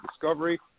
Discovery